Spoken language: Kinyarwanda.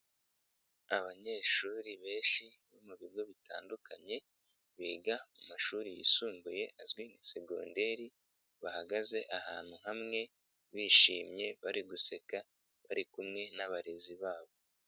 Abanyeshuri benshi bo mu bigo bitandukanye biga mu mashuri yisumbuye azwi nka segonderi bahagaze ahantu hamwe bishimye bari guseka bari kumwe n'abarezi babo.